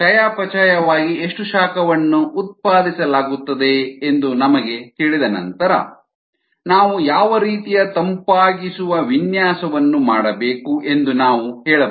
ಚಯಾಪಚಯವಾಗಿ ಎಷ್ಟು ಶಾಖವನ್ನು ಉತ್ಪಾದಿಸಲಾಗುತ್ತದೆ ಎಂದು ನಮಗೆ ತಿಳಿದ ನಂತರ ನಾವು ಯಾವ ರೀತಿಯ ತಂಪಾಗಿಸುವ ವಿನ್ಯಾಸವನ್ನು ಮಾಡಬೇಕು ಎಂದು ನಾವು ಹೇಳಬಹುದು